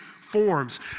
forms